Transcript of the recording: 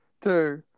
Two